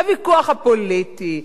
הוויכוח הפוליטי,